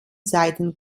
seiten